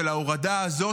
של ההורדה הזאת,